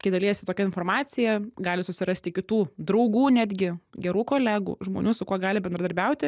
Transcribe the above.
kai dalijasi tokia informacija gali susirasti kitų draugų netgi gerų kolegų žmonių su kuo gali bendradarbiauti